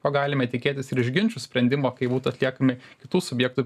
ko galime tikėtis ir iš ginčų sprendimo kai būtų atliekami kitų subjektų